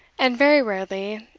and very rarely,